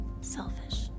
Selfish